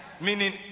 Meaning